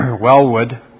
Wellwood